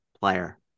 player